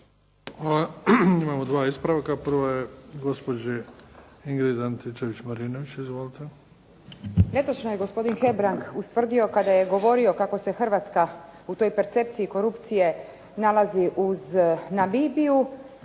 Hvala. Imamo dva ispravka. Prvo je gospođa Ingrid Antičević-Marinović. Izvolite. **Antičević Marinović, Ingrid (SDP)** Netočno je gospodin Hebrang ustvrdio kada je govorio kako se Hrvatska u toj percepciji korupcije nalazi uz Namibiju,